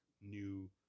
new